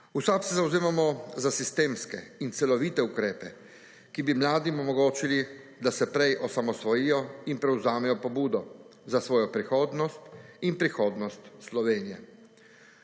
V SAB se zavzemamo za sistemske in celovite ukrepe, ki bi mladim omogočili, da se prej osamosvojijo in prevzamejo pobudo za svojo prihodnost in prihodnost Slovenije.